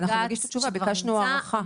ביקשנו הארכה.